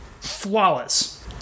flawless